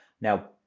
Now